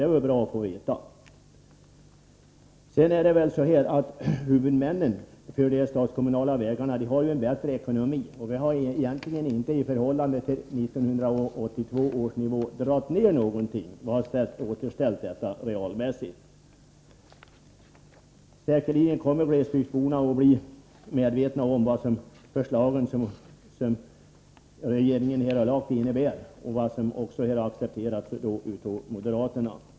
Det vore bra att få veta detta. Huvudmännen för de statskommunala vägarna har en bättre ekonomi, och vi har egentligen inte dragit ner anslagen i förhållande till 1982 års nivå. Vi har återställt dem realmässigt. Säkerligen kommer glesbygdsborna att bli medvetna om vad de förslag som regeringen har lagt fram innebär— de förslag som har accepterats också av moderaterna.